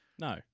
No